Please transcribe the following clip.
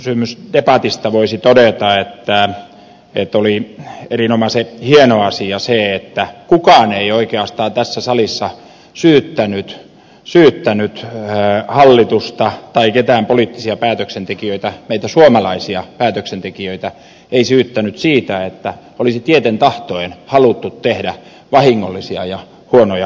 äskeisestä välikysymysdebatista voisi todeta että oli erinomaisen hieno asia se että kukaan ei oikeastaan tässä salissa syyttänyt hallitusta tai ketään poliittisia päätöksentekijöitä meitä suomalaisia päätöksentekijöitä siitä että olisi tieten tahtoen haluttu tehdä vahingollisia ja huonoja ratkaisuja